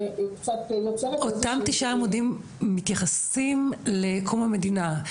קצת יוצרת --- אותם תשעה עמודים מתייחסים לקום המדינה,